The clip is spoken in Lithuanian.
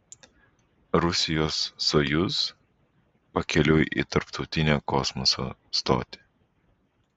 rusijos sojuz pakeliui į tarptautinę kosmoso stotį